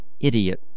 Idiot